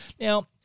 Now